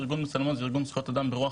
ארגון בצלמו זה ארגון זכויות אדם ברוח